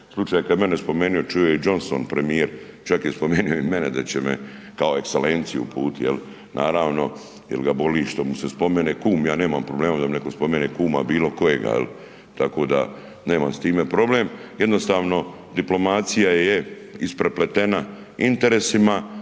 slučajno kad je mene spomenuo, čuo je Johnson premijer, čak je spomenuo i mene i da će me kao Ekselenciju uputiti, jel, naravno jer ga boli što mu se spomene kum, ja nemam problema da mi neko spomene kuma bilokojega, tako da nemam s time problem, jednostavno diplomacija je isprepletena interesima